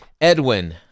edwin